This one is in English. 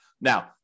Now